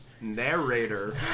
narrator